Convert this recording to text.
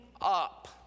up